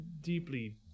deeply